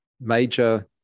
major